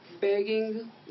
begging